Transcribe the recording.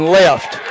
left